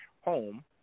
home